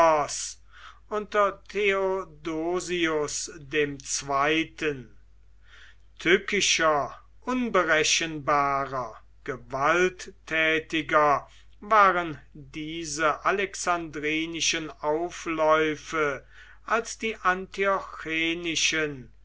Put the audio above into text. unter theodosius ii tückischer unberechenbarer gewalttätiger waren diese alexandrinischen aufläufe als die